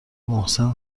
محسن